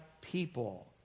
people